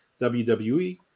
WWE